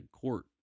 court